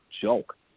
joke